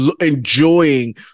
enjoying